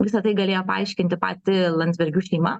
visa tai galėjo paaiškinti pati landsbergių šeima